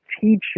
teaching